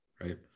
right